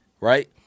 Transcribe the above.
right